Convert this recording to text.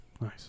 nice